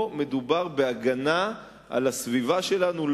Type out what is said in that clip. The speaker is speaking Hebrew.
פה מדובר בהגנה על הסביבה שלנו.